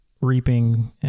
reaping